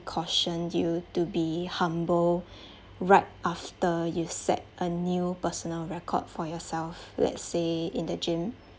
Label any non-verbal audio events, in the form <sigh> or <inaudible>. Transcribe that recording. caution you to be humble <breath> right after you've set a new personal record for yourself let's say in the gym